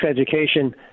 education